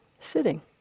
sitting